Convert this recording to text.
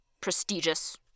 prestigious